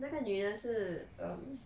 那个女的是 um